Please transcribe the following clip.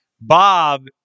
Bob